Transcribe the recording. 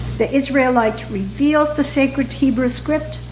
the israelite reveals the sacred hebrew script,